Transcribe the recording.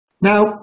now